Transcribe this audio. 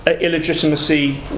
illegitimacy